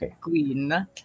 queen